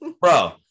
Bro